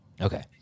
Okay